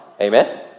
Amen